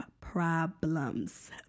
problems